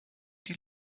die